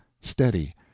steady